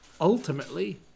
ultimately